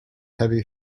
heavy